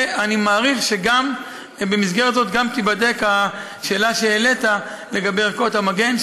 ואני מעריך שבמסגרת זאת גם תיבדק השאלה שהעלית לגבי ערכות המגן,